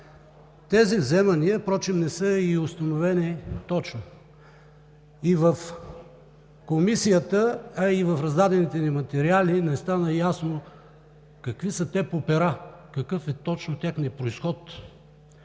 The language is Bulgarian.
Тези вземания впрочем не са и установени точно. И в Комисията, а и в раздадените ни материали не стана ясно какви са те по пера, какъв е точно техният произход.